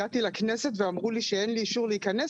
הגעתי לכנסת ואמרו לי שאין לי אישור להיכנס,